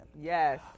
Yes